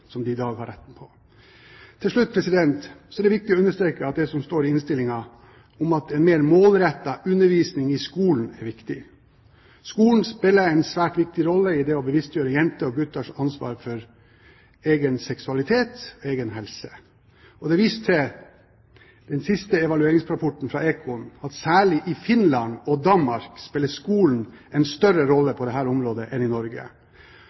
Til slutt er det viktig å understreke det som står i innstillingen om at en mer målrettet undervisning i skolen er viktig. Skolen spiller en svært viktig rolle i det å bevisstgjøre jenters og gutters ansvar for egen seksualitet og helse. Det er i den siste evalueringsrapporten fra Econ vist til at særlig i Finland og Danmark spiller skolen en større rolle på dette området enn den gjør i Norge.